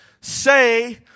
Say